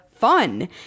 fun